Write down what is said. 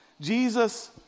Jesus